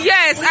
Yes